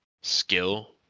skill